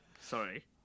Sorry